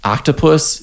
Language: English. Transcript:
Octopus